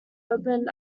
urban